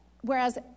whereas